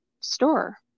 store